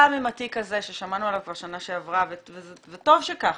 גם אם התיק הזה ששמענו עליו כבר שנה שעברה וטוב שכך,